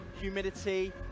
humidity